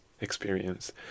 experience